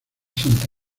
santa